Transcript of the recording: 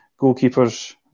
goalkeepers